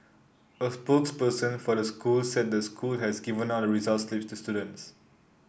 a spokesperson for the school said the school has given out the results slips to students